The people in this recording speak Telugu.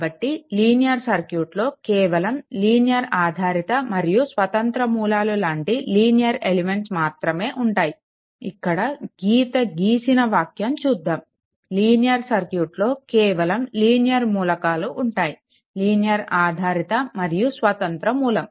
కాబట్టి లీనియర్ సర్క్యూట్లో కేవలం లీనియర్ ఆధారిత మరియు స్వతంత్ర మూలాలు లాంటి లీనియర్ ఎలిమెంట్స్ మాత్రమే ఉంటాయి ఇక్కడ గీత గీసిన వాక్యం చూద్దాము లీనియర్ సర్క్యూట్లో కేవలం లీనియర్ మూలకాలు ఉంటాయి లీనియర్ ఆధారిత మరియు స్వతంత్ర మూలం